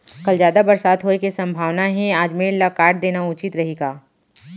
कल जादा बरसात होये के सम्भावना हे, आज मेड़ ल काट देना उचित रही का?